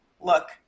look